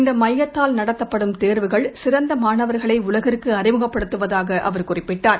இந்த மையத்தால் நடத்தப்படும் தேர்வுகள் சிறந்த மாணவர்களை உலகிற்கு அறிமுகப்படுத்துவதாக அவர் குறிப்பிட்டார்